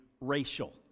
racial